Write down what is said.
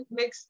mix